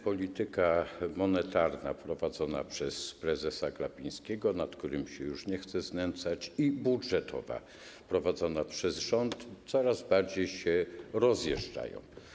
Polityka monetarna prowadzona przez prezesa Glapińskiego, nad którym już nie chcę się znęcać, i polityka budżetowa prowadzona przez rząd coraz bardziej się rozjeżdżają.